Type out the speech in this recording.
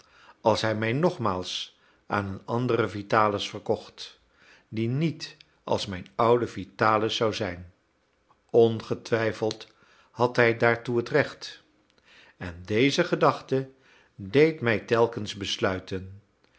als hij mij nogmaals aan een anderen vitalis verkocht die niet als mijn oude vitalis zou zijn ongetwijfeld had hij daartoe het recht en deze gedachte deed mij telkens besluiten